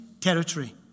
territory